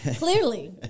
Clearly